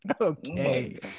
Okay